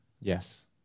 Yes